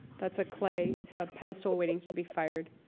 that's a clay ah pedestal waiting to be fired.